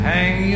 Hang